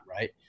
right